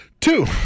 Two